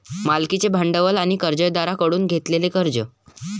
मालकीचे भांडवल आणि कर्जदारांकडून घेतलेले कर्ज